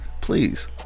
Please